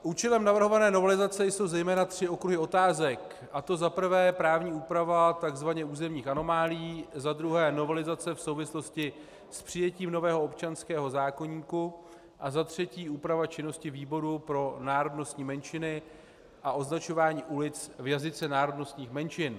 Účelem navrhované novelizace jsou zejména tři okruhy otázek, a to za prvé právní úprava takzvaně územních anomálií, za druhé novelizace v souvislosti s přijetím nového občanského zákoníku a za třetí úprava činnosti výboru pro národnostní menšiny a označování ulic v jazyce národnostních menšin.